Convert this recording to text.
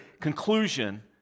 conclusion